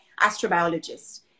astrobiologist